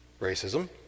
Racism